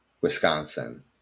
Wisconsin